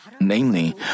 Namely